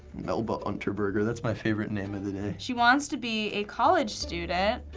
melba unterberger, that's my favorite name of the day. she wants to be a college student.